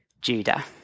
Judah